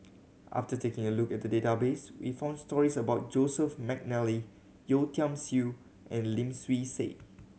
after taking a look at the database we found stories about Joseph McNally Yeo Tiam Siew and Lim Swee Say